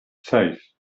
seis